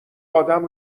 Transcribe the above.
ادم